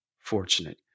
fortunate